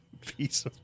Piece